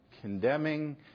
condemning